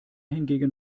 hingegen